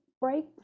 break